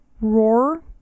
roar